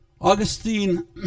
Augustine